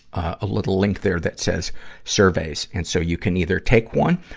a little link there that says surveys. and so you can either take one,